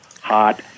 hot